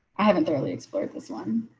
i haven't really explored this one.